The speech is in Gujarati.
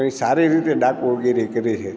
પણ એ સારી રીતે ડાકુગીરી કરી છે